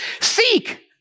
Seek